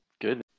good